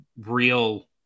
real